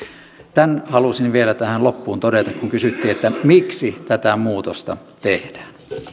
tämän halusin vielä tähän loppuun todeta kun kysyitte miksi tätä muutosta tehdään